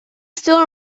still